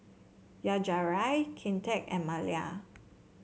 Yajaira Kinte and Malia